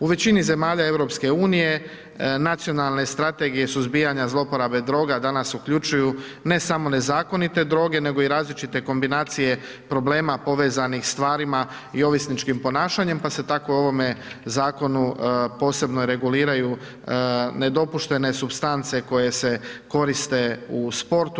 U veći zemalja EU nacionalne strategije suzbijanja zlouporabe droga danas uključuju ne samo nezakonite droge, nego i različite kombinacije problema povezanih stvarima i ovisničkim ponašanjem, pa se tamo i u ovome zakonu posebno reguliraju nedopuštene supstance koje se koriste u sportu.